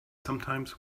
sometimes